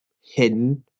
hidden